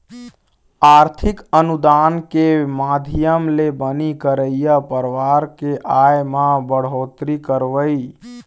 आरथिक अनुदान के माधियम ले बनी करइया परवार के आय म बड़होत्तरी करवई